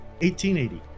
1880